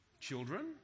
Children